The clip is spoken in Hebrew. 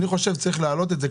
אני חושב שצריך להאריך את זה.